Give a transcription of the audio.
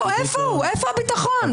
איפה הביטחון?